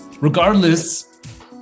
Regardless